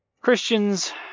Christians